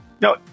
No